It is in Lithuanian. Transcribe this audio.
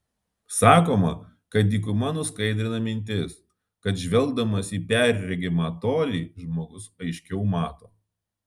sakoma kad dykuma nuskaidrina mintis kad žvelgdamas į perregimą tolį žmogus aiškiau mato